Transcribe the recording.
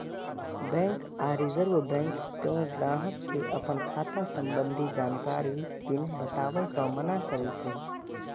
bank आ Reserve Bank तें ग्राहक कें अपन खाता संबंधी जानकारी, पिन बताबै सं मना करै छै